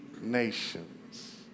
nations